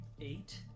Eight